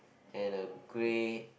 and a grey